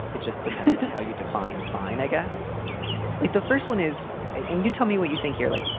it just depends how you define fine. i guess like the first one is and you tell me what you think you're like.